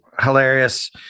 hilarious